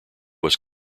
was